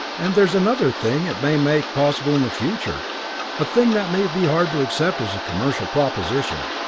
and there is another thing it may make possible in the future a thing that may be hard to accept as a commercial proposition.